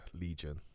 Legion